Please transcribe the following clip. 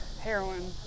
Heroin